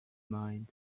mind